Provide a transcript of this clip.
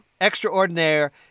Extraordinaire